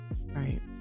Right